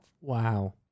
Wow